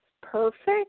perfect